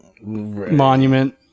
monument